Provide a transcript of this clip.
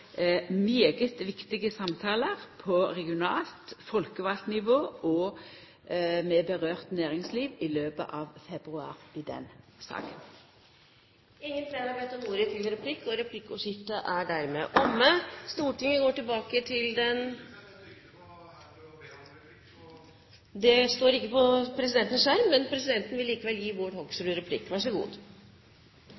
viktige samtaler på regionalt nivå, folkevalt nivå, og med involvert næringsliv i løpet av februar i den saka. Replikkordskiftet er dermed omme. President! Jeg trykket på her for å be om replikk. Det står ikke på presidentens skjerm, men presidenten vil likevel gi Bård